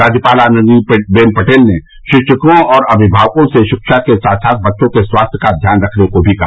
राज्यपाल आनंदीबेन पटेल ने शिक्षकों और अभिभावकों से शिक्षा के साथ साथ बच्चों के स्वास्थ्य का ध्यान रखने को भी कहा